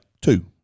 two